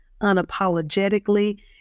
unapologetically